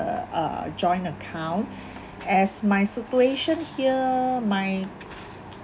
uh uh joint account as my situation here my